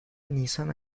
nisan